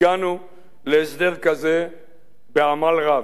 הגענו להסדר כזה בעמל רב,